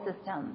system